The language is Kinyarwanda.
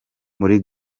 muri